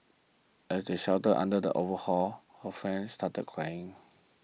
as they sheltered under the overhang her friend started crying